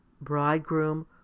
BRIDEGROOM